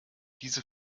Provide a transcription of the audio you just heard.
diese